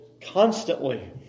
constantly